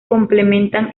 complementan